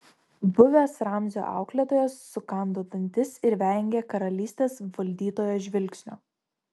buvęs ramzio auklėtojas sukando dantis ir vengė karalystės valdytojo žvilgsnio